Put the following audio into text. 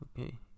okay